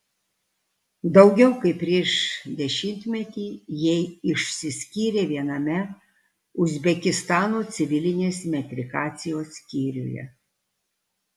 daugiau kaip prieš dešimtmetį jie išsiskyrė viename uzbekistano civilinės metrikacijos skyriuje